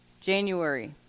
January